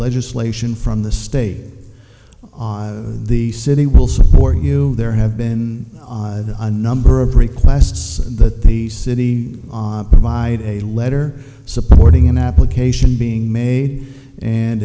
legislation from the state the city will support you there have been a number of requests that the city provide a letter supporting an application being made and